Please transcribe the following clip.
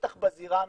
בטח בזירה הנוכחית.